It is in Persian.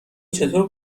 چطور